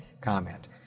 comment